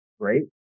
great